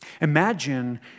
Imagine